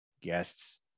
guests